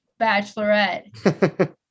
Bachelorette